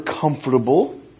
comfortable